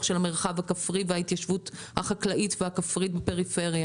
של המרחב הכפרי וההתיישבות החקלאית בפריפריה?